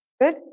Good